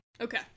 Okay